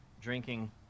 drinking